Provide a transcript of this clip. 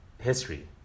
history